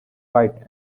white